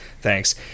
thanks